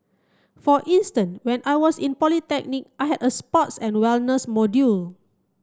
for instant when I was in polytechnic I had a sports and wellness module